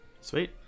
Sweet